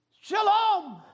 Shalom